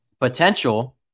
Potential